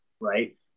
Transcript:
right